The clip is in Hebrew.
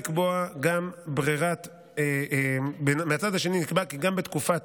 מן הצד השני נקבע כי גם בתקופת